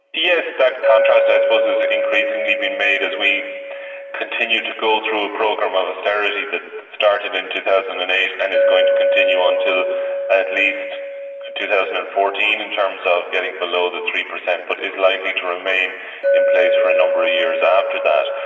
yes, that contrast i suppose has increasingly been made as we continue to go through a program of austerity that started in two thousand and eight and is going to continue until at least two thousand and fourteen in terms of getting below the three per cent but is likely to remain in place for a number of years after that.